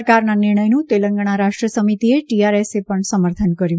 સરકારના નિર્ણયનું તેલંગણા રાષ્ટ્રસમિતિએ ટીઆરએસ એ પણ સમર્થન કર્યું